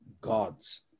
gods